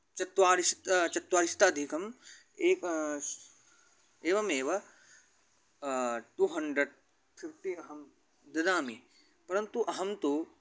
चत्वारिशतं चतुश्शताधिकम् एवम् एवमेव टु हण्ड्रेड् फ़िफ़्टीन् अहं ददामि परन्तु अहं तु